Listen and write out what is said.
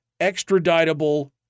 extraditable